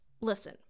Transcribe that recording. listen